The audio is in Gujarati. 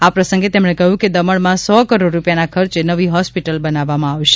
આ પ્રસંગે તેમણે કહયું કે દમણમાં સો કરોડ રૂપિયાના ખર્ચે નવી હોસ્પીટલ બનાવવામાં આવશે